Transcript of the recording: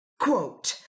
Quote